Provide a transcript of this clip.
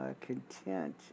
content